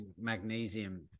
magnesium